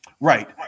Right